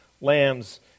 lambs